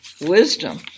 wisdom